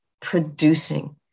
producing